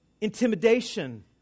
intimidation